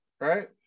right